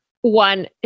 one